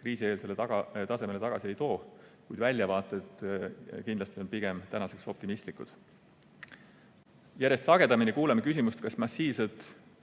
kriisieelsele tasemele tagasi ei too, kuid väljavaated kindlasti on tänaseks pigem optimistlikud. Järjest sagedamini kuuleme küsimust, kas massiivsed